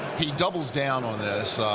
he doubles down on this,